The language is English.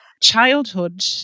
childhood